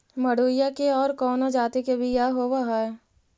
मडूया के और कौनो जाति के बियाह होव हैं?